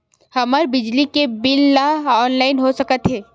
हमर बिजली के बिल ह ऑनलाइन हो सकत हे?